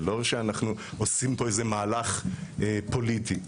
זה לא שאנחנו עושים פה איזה מהלך פוליטי.